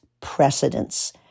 precedents